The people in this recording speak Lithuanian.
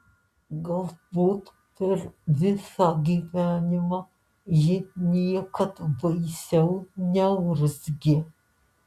galbūt per visą gyvenimą ji niekad baisiau neurzgė